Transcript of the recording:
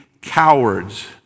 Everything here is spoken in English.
cowards